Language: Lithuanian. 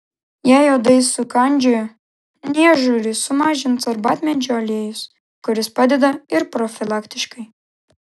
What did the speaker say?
jei uodai sukandžiojo niežulį sumažins arbatmedžio aliejus kuris padeda ir profilaktiškai